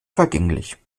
vergänglich